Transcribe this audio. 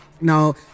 Now